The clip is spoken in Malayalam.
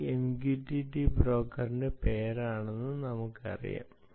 ഇത് MQTT ബ്രോക്കറിന്റെ പേരാണെന്ന് നമുക്ക് പറയാം